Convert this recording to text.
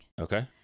Okay